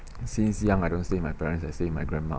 since young I don't stay with my parents l stay with my grandma